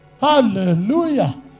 Hallelujah